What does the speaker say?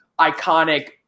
iconic –